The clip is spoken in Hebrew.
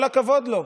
כל הכבוד לו.